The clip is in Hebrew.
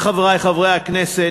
חברי חברי הכנסת,